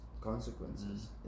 consequences